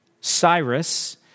Cyrus